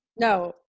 No